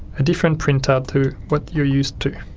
a different printout to what you're used to.